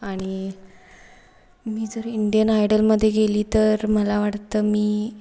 आणि मी जर इंडियन आयडलमध्ये गेली तर मला वाटतं मी